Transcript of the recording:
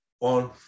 on